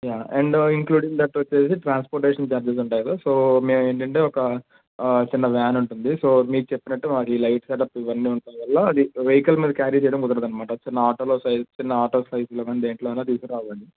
yeah and including that వచ్చి transportation charges ఉంటాయి కదా సో మేము ఏంటంటే ఒక చిన్న వ్యాన్ ఉంటుంది సో మీకు చెప్పినట్టు మాకు ఈ లైట్ సెటప్ ఇవన్నీ ఉండటం వల్ల అది వెహికల్ మీద క్యారీ చేయడం కుదరదు అన్నమాట సో నా ఆటోలో సైజ్ చిన్న ఆటో సైజ్లోకా దేంట్లో అయిన తీసుకురావాలండి